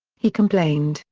he complained,